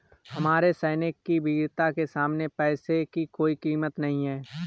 हमारे सैनिक की वीरता के सामने पैसे की कोई कीमत नही है